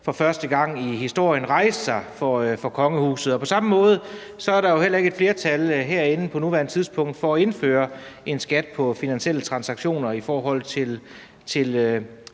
for første gang i historien rejse sig for kongehuset. På samme måde er der heller ikke et flertal herinde på nuværende tidspunkt for at indføre en skat på finansielle transaktioner i forhold til